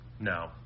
No